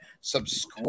subscribe